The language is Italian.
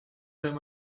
della